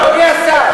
אדוני השר.